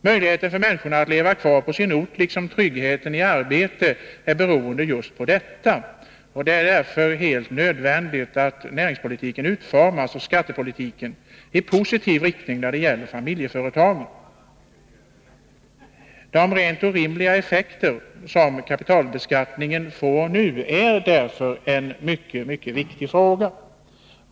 Möjligheten för människorna att leva kvar på sin ort, liksom tryggheten i arbetet, är beroende av just detta. Det är därför helt nödvändigt att näringspolitiken och skattepolitiken utformas i positiv riktning när det gäller familjeföretagen. De rent orimliga effekter kapitalbeskattningen får nu är därför en mycket mycket viktig fråga.